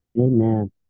Amen